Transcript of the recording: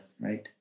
right